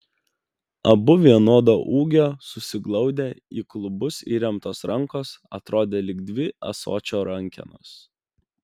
abu vienodo ūgio susiglaudę į klubus įremtos rankos atrodė lyg dvi ąsočio rankenos